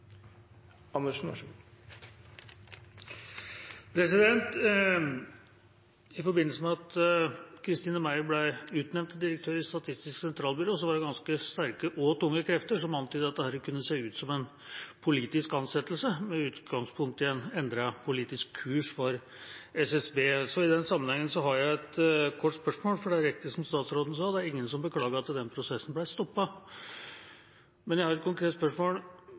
I forbindelse med at Christine Meyer ble utnevnt til direktør i Statistisk sentralbyrå, var det ganske sterke og tunge krefter som antydet at dette kunne se ut som en politisk ansettelse med utgangspunkt i en endret politisk kurs for SSB. I den sammenhengen har jeg et kort spørsmål, for det er riktig som statsråden sa, det er ingen som har beklaget at den prosessen ble stoppet. Men jeg har et konkret spørsmål: